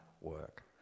work